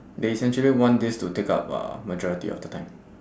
they essentially want this to take up uh majority of the time